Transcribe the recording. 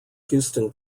houston